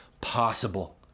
possible